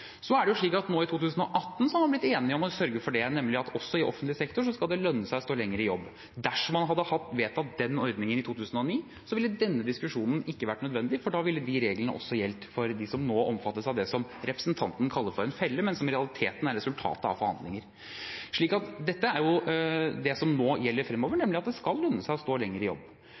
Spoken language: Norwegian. Så er det jo slik at i 2018 ble man enige om å sørge for at det også i offentlig sektor skal lønne seg å stå lenger i jobb. Dersom man hadde vedtatt den ordningen i 2009, ville denne diskusjonen ikke vært nødvendig, for da ville de reglene også gjelde for dem som nå omfattes av det som representanten kaller for en felle, men som i realiteten er resultatet av forhandlinger. Dette er jo det som nå gjelder fremover, nemlig at det skal lønne seg å stå lenger i jobb.